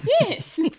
Yes